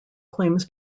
claims